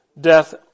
death